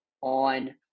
on